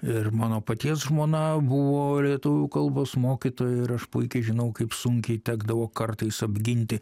ir mano paties žmona buvo lietuvių kalbos mokytoja ir aš puikiai žinau kaip sunkiai tekdavo kartais apginti